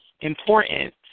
important